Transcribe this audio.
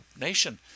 nation